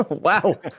Wow